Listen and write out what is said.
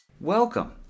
Welcome